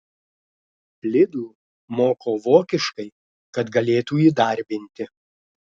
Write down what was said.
lidl moko vokiškai kad galėtų įdarbinti